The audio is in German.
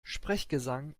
sprechgesang